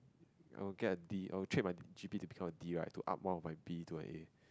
I would get a D I would trade my G_P to become a D to up one of my B to a A